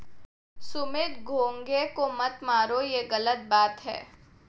सुमित घोंघे को मत मारो, ये गलत बात है